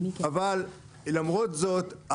אבל למרות זאת,